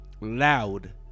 loud